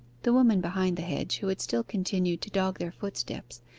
the woman behind the hedge, who had still continued to dog their footsteps,